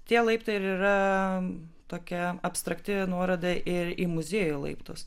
tie laiptai ir yra tokia abstrakti nuoroda ir į muziejų laiptus